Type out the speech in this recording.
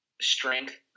strength